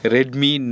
Redmi